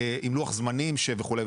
עם לוח זמנים וכו'.